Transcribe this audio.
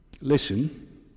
Listen